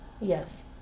yes